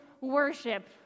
worship